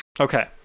Okay